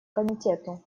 комитету